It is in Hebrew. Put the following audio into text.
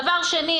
דבר שני,